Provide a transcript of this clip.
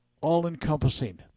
all-encompassing